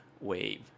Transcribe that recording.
wave